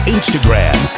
Instagram